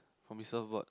from his surfboard